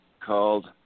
called